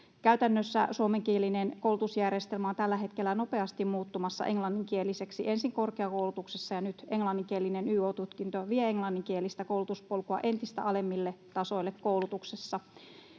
Käytännössä suomenkielinen koulutusjärjestelmä on tällä hetkellä nopeasti muuttumassa englanninkieliseksi ensin korkeakoulutuksessa, ja nyt englanninkielinen yo-tutkinto vie englanninkielistä koulutuspolkua entistä alemmille tasoille koulutuksessa.